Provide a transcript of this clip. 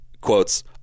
quotes